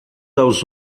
aos